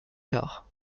quarts